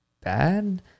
bad